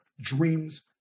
dreams